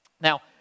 Now